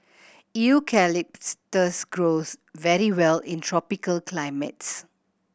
grows very well in tropical climates